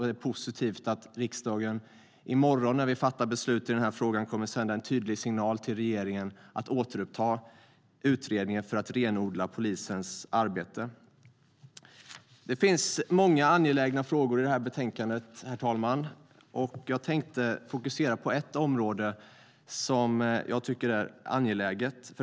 Det är positivt att riksdagen i morgon när vi fattar beslut i den här frågan kommer att sända en tydlig signal till regeringen om att återuppta utredningen om renodling av polisens arbetsuppgifter. Herr talman! Det finns många angelägna frågor som behandlas i betänkandet. Jag tänkte fokusera på ett område som jag tycker är särskilt angeläget.